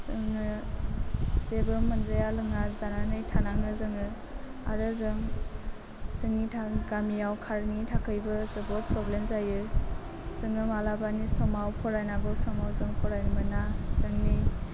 जोङो जेबो मोनजाया लोङा जानानै थानाङो जोङो आरो जों जोंनि गामियाव कारेन्टनि थाखायबो जोबोद प्रब्लेम जायो जोङो मालाबानि समाव फरायनांगौ समाव जों फरायनो मोना जोंनि